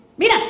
mira